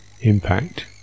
impact